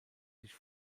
sich